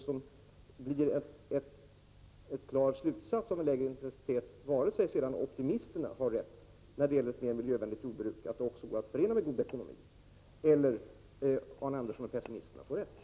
Det blir en klar följd av lägre intensitet, vare sig optimisterna har rätt, när de säger att ett mera miljövänligt jordbruk går att förena med god ekonomi, eller om Arne Andersson och pessimisterna får rätt.